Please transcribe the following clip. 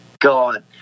God